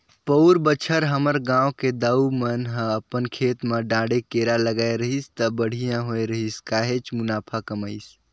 पउर बच्छर हमर गांव के दाऊ मन ह अपन खेत म डांड़े केरा लगाय रहिस त बड़िहा होय रहिस काहेच मुनाफा कमाइस